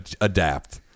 adapt